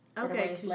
Okay